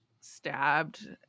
stabbed